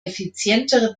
effizientere